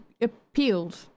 appealed